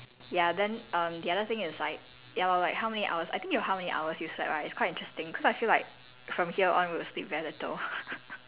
ya then err the other thing is like ya lor like how many hours I think you:有 how many hours you slept right it's quite interesting cause I feel like from here on we'll sleep very little